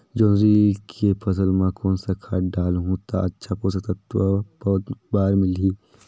जोंदरी के फसल मां कोन सा खाद डालहु ता अच्छा पोषक तत्व पौध बार मिलही?